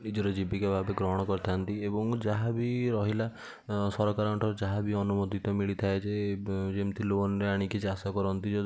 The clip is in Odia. ନିଜର ଜୀବିକା ଭାବେ ଗ୍ରହଣ କରିଥାନ୍ତି ଏବଂ ଯାହା ବି ରହିଲା ସରକାରଠାରୁ ଯାହା ବି ଅନୁମୋଦିତ ମିଳିଥାଏ ଯେ ଯେମିତି ଲୋନ୍ରେ ଆଣିକି ଚାଷ କରନ୍ତି